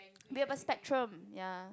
they have a spectrum ya